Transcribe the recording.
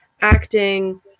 acting